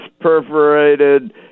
perforated